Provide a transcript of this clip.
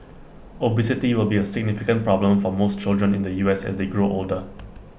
obesity will be A significant problem for most children in the U S as they grow older